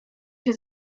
się